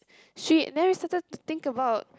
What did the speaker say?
!shit! then we started to think about